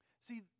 See